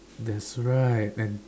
that's right and